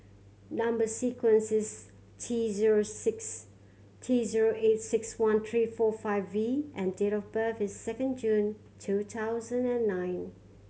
number sequence is T six T eight six one three four five V and date of birth is second June two thousand and nine